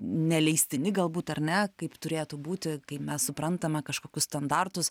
neleistini galbūt ar ne kaip turėtų būti kai mes suprantame kažkokius standartus